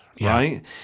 right